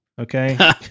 okay